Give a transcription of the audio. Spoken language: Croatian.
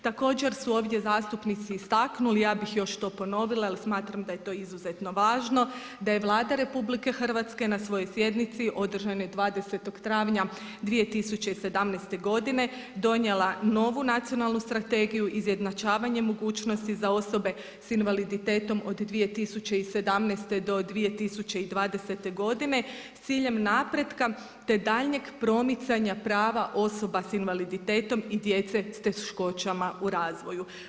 Također su ovdje zastupnici istaknuli, ja bih još to ponovila jer smatram da je to izuzetno važno da je Vlada RH na svojoj sjednici održanoj 20. travnja 2017. godine donijela novu Nacionalnu strategiju, izjednačavanje mogućnosti za osobe sa invaliditetom od 2017. do 2010. godine s ciljem napretka te daljnjeg promicanja prava osoba sa invaliditetom i djece sa teškoćama u razvoju.